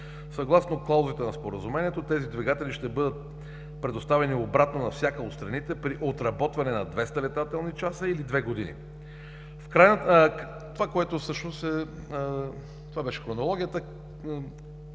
Съгласно клаузите на Споразумението тези двигатели ще бъдат предоставени обратно на всяка от страните при отработване на 200 летателни часа или две години. Това беше хронологията.